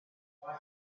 jordan